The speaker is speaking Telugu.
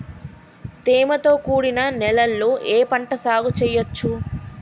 తేమతో కూడిన నేలలో ఏ పంట సాగు చేయచ్చు?